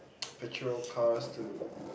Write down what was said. put your cars to